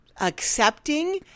accepting